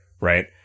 right